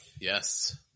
Yes